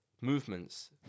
movements